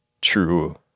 true